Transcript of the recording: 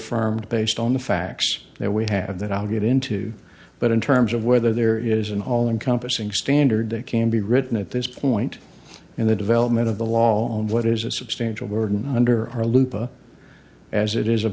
affirmed based on the facts that we have that i'll get into but in terms of whether there is an all encompassing standard that can be written at this point in the development of the law on what is a substantial burden under our lupa as it is